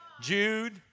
Jude